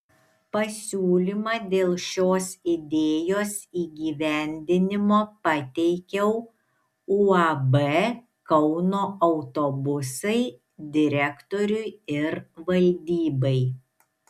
pasiūlymą dėl šios idėjos įgyvendinimo pateikiau uab kauno autobusai direktoriui ir valdybai